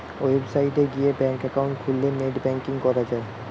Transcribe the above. website গিয়ে bank account খুললে net banking করা যায়